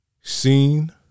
seen